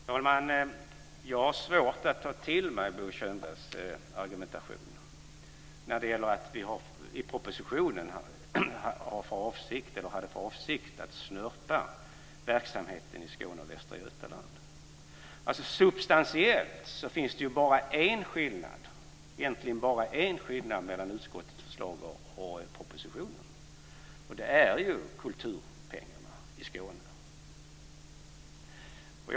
Fru talman! Jag har svårt att ta till mig Bo Könbergs argumentation när det gäller att vi i propositionen har haft för avsikt att snöpa verksamheten i Skåne och Västra Götaland. Substantiellt finns det egentligen bara en skillnad mellan utskottets förslag och propositionens, och det är ju kulturpengarna i Skåne.